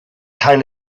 cael